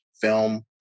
film